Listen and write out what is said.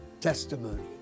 testimony